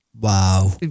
Wow